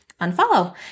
unfollow